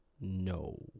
No